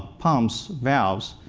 pumps, valves,